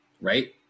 right